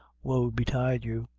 woe betide you!